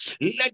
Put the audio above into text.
Let